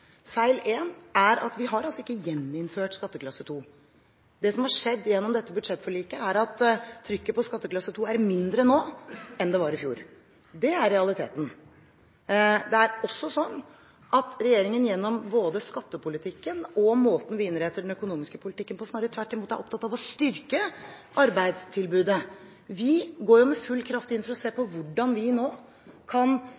er at vi altså ikke har gjeninnført skatteklasse 2. Det som har skjedd gjennom dette budsjettforliket, er at trykket på skatteklasse 2 er mindre nå enn det var i fjor. Det er realiteten. Det er også sånn at regjeringen gjennom både skattepolitikken og måten vi innretter den økonomiske politikken på, snarere tvert imot er opptatt av å styrke arbeidstilbudet. Vi går jo med full kraft inn for å se på hvordan vi nå kan